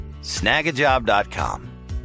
Snagajob.com